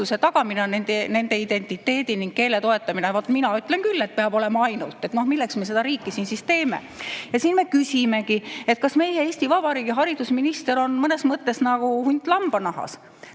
tagamine ja [eestlaste] identiteedi ning [eesti] keele toetamine. Vot mina ütlen küll, et peab olema ainult. Milleks me seda riiki siin siis teeme? Siin me küsimegi, kas Eesti Vabariigi haridusminister on mõnes mõttes nagu hunt lambanahas.